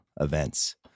events